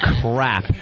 crap